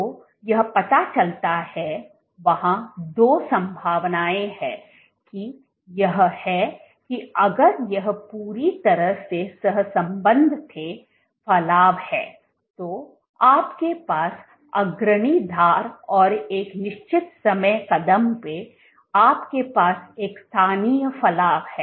तो यह पता चलता है वहाँ दो संभावनाएं है कि यह है कि अगर यह पूरी तरह से सहसंबद्ध थे फलाव है तो आपके पास अग्रणी धार और एक निश्चित समय कदम में आपके पास एक स्थानीय फलाव है